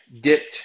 dipped